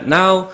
now